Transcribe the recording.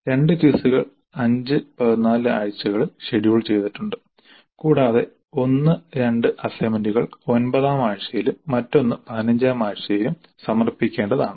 2 ക്വിസുകൾ 5 14 ആഴ്ചകളിൽ ഷെഡ്യൂൾ ചെയ്തിട്ടുണ്ട് കൂടാതെ 1 2 അസൈൻമെന്റുകൾ ഒൻപതാം ആഴ്ചയിലും മറ്റൊന്ന് 15 ാം ആഴ്ചയിൽ സമർപ്പിക്കേണ്ടതാണ്